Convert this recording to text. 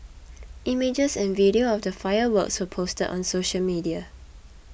images and video of the fireworks were posted on social media